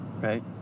right